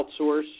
outsource